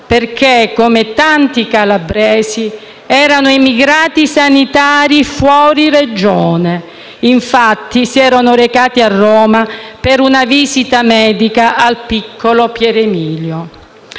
perché, come tanti calabresi, erano emigrati sanitari fuori Regione. Infatti, si erano recati a Roma per una visita medica al piccolo Pier Emilio.